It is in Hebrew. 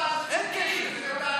אין קשר.